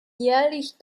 jährlich